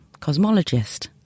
cosmologist